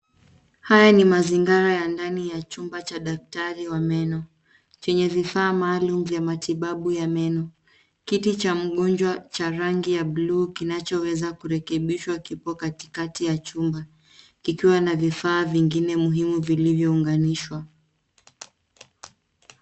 Haya ni mazingara ya ndani ya chumba cha daktari wa meno chenye vifaa maalum vya matibabu ya meno. Kiti cha mgonjwa cha rangi ya blue kinachoweza kurekebishwa kipo katikati ya chumba kikiwa na vifaa vingine muhimu vilivyounganishwa.